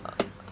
uh